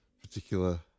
particular